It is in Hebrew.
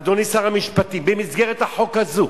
אדוני שר המשפטים, במסגרת החוק הזה,